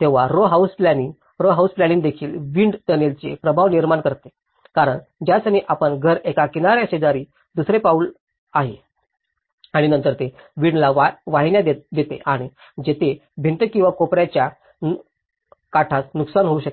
तेव्हा row house planning row house planning देखील wind tunnel चे प्रभाव निर्माण करते कारण ज्या क्षणी आपले घर एका किनाऱ्या शेजारी दुसरे पाऊल आहे आणि नंतर ते विंड ला वाहिन्या देते आणि तेथेच भिंती किंवा कोप ऱ्या च्या काठास नुकसान होऊ शकते